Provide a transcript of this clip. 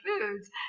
foods